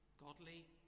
godly